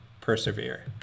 persevere